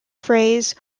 phrase